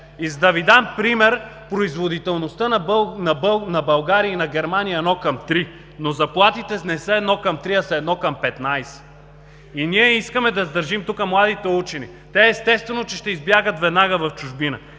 И за да Ви дам пример, производителността на България и на Германия е едно към три, но заплатите не са едно към три, а са едно към петнадесет. И ние искаме да държим тук младите учени?! Естествено, че те ще избягат веднага в чужбина.